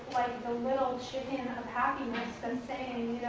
like, the little chicken of happiness that's saying,